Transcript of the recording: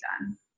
done